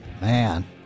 man